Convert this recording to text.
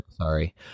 sorry